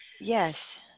yes